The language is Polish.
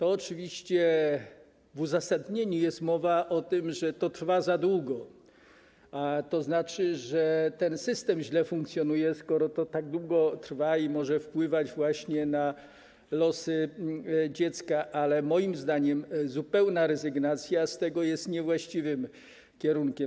Oczywiście w uzasadnieniu jest mowa o tym, że to trwa za długo, ale to znaczy, że system źle funkcjonuje, skoro to tak długo trwa i może wpływać na losy dziecka, i moim zdaniem zupełna rezygnacja z tego jest niewłaściwym krokiem.